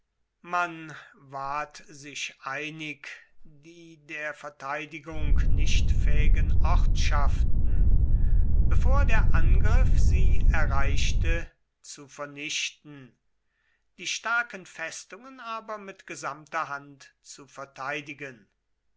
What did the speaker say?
man ward sich einig die der verteidigung nicht fähigen ortschaften bevor der angriff sie erreichte zu vernichten die starken festungen aber mit gesamter hand zu verteidigen